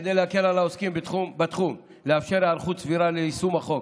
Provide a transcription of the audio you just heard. כדי להקל על העוסקים בתחום ולאפשר היערכות סבירה ליישום החוק,